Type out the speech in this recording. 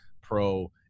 pro